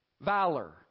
valor